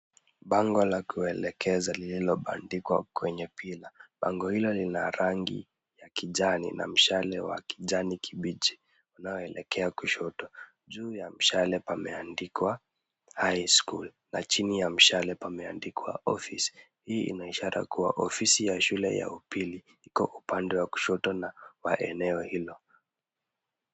Bango la kuelekeza lililo bandikwa kwenye pillar . Bango hilo lina rangi ya kijani na mshale wa kijani kibichi unaoelekea kushoto. Juu ya mshale pameandikwa high school na chini ya mshale pameandikwa office . Hii ina ishara kuwa ofisi ya shule ya upili iko upande wa kushoto na wa eneo hilo.